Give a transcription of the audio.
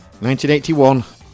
1981